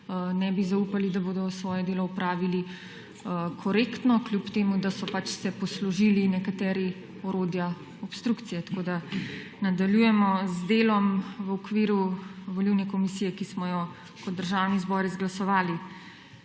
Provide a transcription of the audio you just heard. ne bi zaupali, da bodo svoje delo opravili korektno, kljub temu da so pač se poslužili nekateri orodja obstrukcije, tako da nadaljujemo z delom v okviru volilne komisije, ki smo jo kot Državni zbor izglasovali.